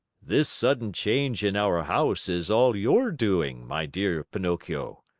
this sudden change in our house is all your doing, my dear pinocchio,